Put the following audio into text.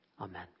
Amen